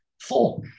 four